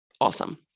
Awesome